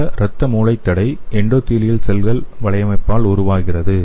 இந்த இரத்த மூளைத் தடை எண்டோடெலியல் செல்கள் வலையமைப்பால் உருவாகிறது